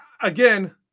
again